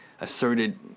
asserted